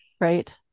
Right